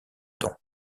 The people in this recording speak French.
don